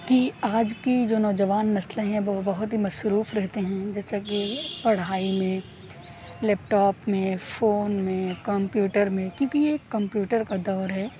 کہ آج کی جو نوجوان نسلیں ہیں وہ بہت ہی مصروف رہتے ہیں جیسا کہ پڑھائی میں لیپ ٹاپ میں فون میں کمپیوٹر میں کیونکہ یہ کمپیوٹر کا دور ہے